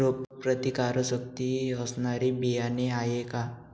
रोगप्रतिकारशक्ती असणारी बियाणे आहे का?